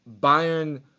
Bayern